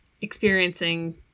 experiencing